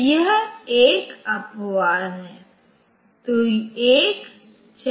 तो यहां पर फिक्स मेमोरी एड्रेस है जहां यह स्थान है